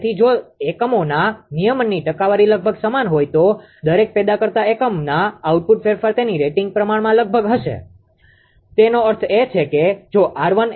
તેથી જો એકમોના નિયમનની ટકાવારી લગભગ સમાન હોય તો દરેક પેદા કરતા એકમના આઉટપુટમાં ફેરફાર તેની રેટિંગના પ્રમાણમાં લગભગ હશે તેનો અર્થ છે જો 𝑅